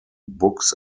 books